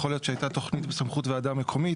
יכול להיות שהייתה תוכנית בסמכות ועדה מקומית.